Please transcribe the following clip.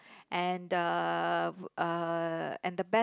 and uh uh and the best